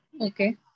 Okay